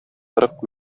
кырык